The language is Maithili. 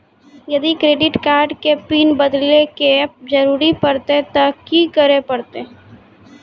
यदि क्रेडिट कार्ड के पिन बदले के जरूरी परतै ते की करे परतै?